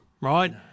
right